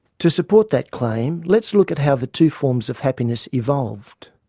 to support that claim let's look at how the two forms of happiness evolved.